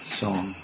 song